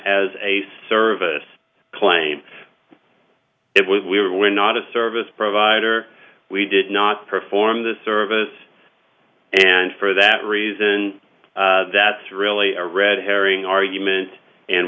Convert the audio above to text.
as a service claim if we were not a service provider we did not perform the service and for that reason that's really a red herring argument and